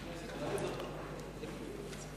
התוכנית הכלכלית לשנים 2009 ו-2010) (תיקון מס'